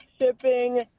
shipping